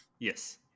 Yes